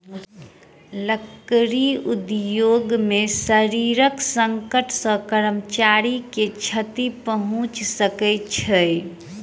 लकड़ी उद्योग मे शारीरिक संकट सॅ कर्मचारी के क्षति पहुंच सकै छै